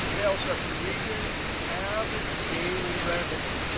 salesrep and region average daily revenue.